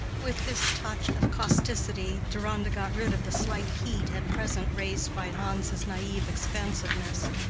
with this touch of causticity deronda got rid of the slight heat at present raised by hans's naive expansiveness.